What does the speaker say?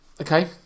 Okay